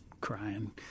crying